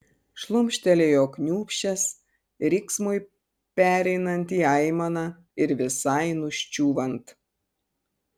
šlumštelėjo kniūbsčias riksmui pereinant į aimaną ir visai nuščiūvant